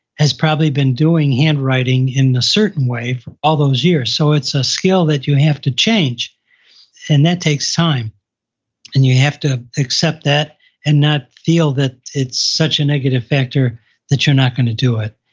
has probably been doing handwriting in a certain way all those years. so it's a skill that you have to change and that takes time and you have to accept that and not feel that it's such a negative factor that you're not going to do it.